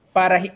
para